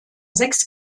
sechs